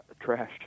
trashed